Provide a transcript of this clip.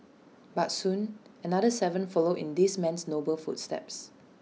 but soon another Seven followed in this man's noble footsteps